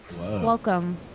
Welcome